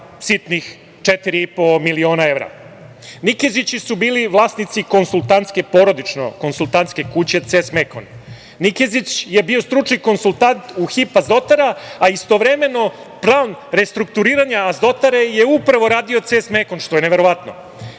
sitnih 4,5 miliona evra. Nikezići su bili vlasnici konsultantske, porodično konsultantske kuće „CES Mekon“. Nikezić je bio stručni konsultant u „Hip azotara“, a istovremeno plan restrukturiranja azotare je upravo radio „CES Mekon“, što je neverovatno.